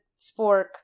spork